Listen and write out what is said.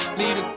need